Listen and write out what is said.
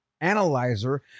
analyzer